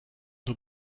nur